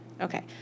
Okay